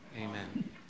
Amen